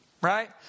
Right